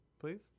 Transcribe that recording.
please